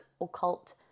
occult